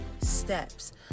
steps